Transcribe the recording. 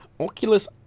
Oculus